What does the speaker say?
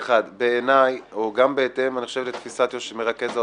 בעיניי וגם בהתאם לתפיסת מרכז האופוזיציה,